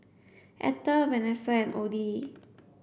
Ethel Vanessa and Odie